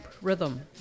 Rhythm